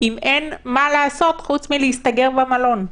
אם אין מה לעשות חוץ מלהסתגר במלון.